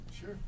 Sure